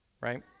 right